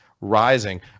rising